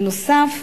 בנוסף,